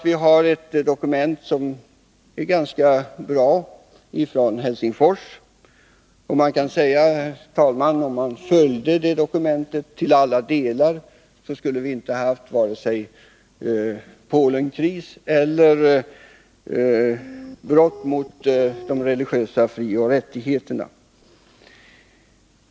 Vi har ett dokument, från Helsingfors, som är ganska bra. Om det dokumentet följdes till alla delar, skulle vi inte ha haft vare sig Polenkris eller brott mot de religiösa frioch rättigheterna.